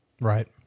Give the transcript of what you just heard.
Right